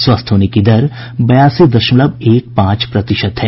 स्वस्थ होने की दर बयासी दशमलव एक पांच प्रतिशत है